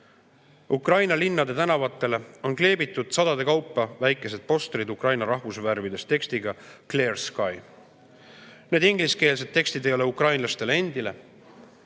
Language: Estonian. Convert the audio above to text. Ukraina linnade tänavatele on kleebitud sadade kaupa väikesed postrid Ukraina rahvusvärvides tekstiga "Clear Sky". Need ingliskeelsed tekstid ei ole ukrainlastele endile.